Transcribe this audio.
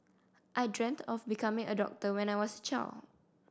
I dreamt of becoming a doctor when I was a child